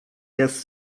jest